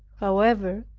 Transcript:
however,